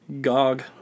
Gog